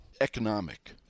economic